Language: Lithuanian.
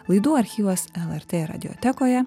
laidų archyvas lrt radijotekoje